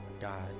God